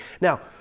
now